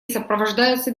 сопровождается